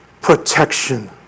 protection